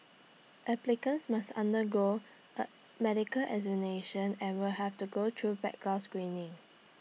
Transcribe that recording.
applicants must undergo A medical examination and will have to go through background screening